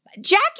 Jackie